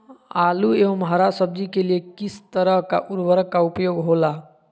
आलू एवं हरा सब्जी के लिए किस तरह का उर्वरक का उपयोग होला?